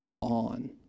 on